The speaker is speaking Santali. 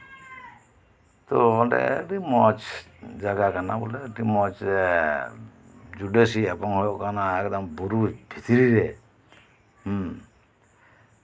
ᱛᱚ ᱚᱸᱰᱮ ᱟᱹᱰᱤ ᱢᱚᱡᱽ ᱡᱟᱭᱜᱟ ᱢᱮᱱᱟᱜᱼᱟ ᱵᱚᱞᱮ ᱟᱹᱰᱤ ᱢᱚᱡᱽ ᱡᱩᱰᱟᱹᱥᱤ ᱮᱠᱫᱚᱢ ᱦᱩᱭᱩᱜ ᱠᱟᱱᱟ ᱵᱩᱨᱩ ᱵᱷᱤᱛᱨᱤᱨᱮ